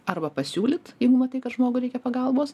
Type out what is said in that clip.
arba pasiūlyt jeigu matai kad žmogui reikia pagalbos